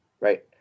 right